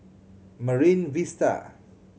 Marine Vista